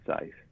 safe